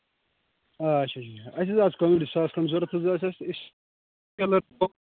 آ اَچھا اَچھا اَسہِ حظ اوس کانٛگرِ ساس کھںٛڈ ضروٗرت حظ ٲس اَسہِ